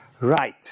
right